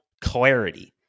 clarity